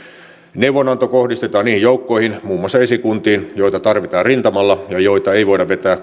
neuvonanto kohdistetaan niihin joukkoihin muun muassa esikuntiin joita tarvitaan rintamalla ja joita ei voida vetää